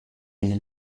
nel